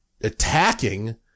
attacking